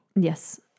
Yes